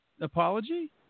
apology